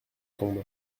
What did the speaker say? tombe